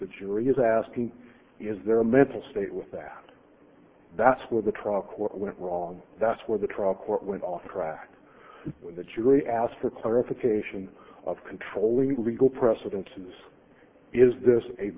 the jury is asking is there a mental state with that that's where the trial court went wrong that's where the trial court went off when the jury asked for clarification of controlling legal precedence is is this a